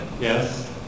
Yes